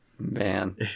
man